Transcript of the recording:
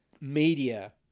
media